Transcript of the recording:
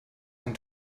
ein